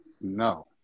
no